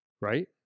Right